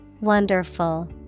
Wonderful